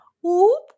whoop